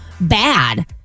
bad